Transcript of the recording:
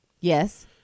Yes